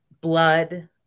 blood